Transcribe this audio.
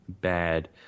bad